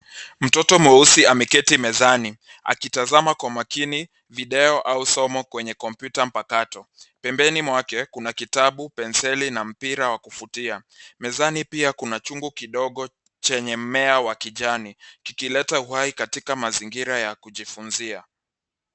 Mtoto mweusi ameketi mezani akitazama kwa makini video au somo kwenye kompyuta mpakato. Pembeni mwake kuna kitabu, penseli na mpira wa kufutia. Mezani pia kuna chungu kidogo chenye mmea wa kijani kikileta uhai katika mazingira ya kujifunzia.